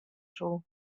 soe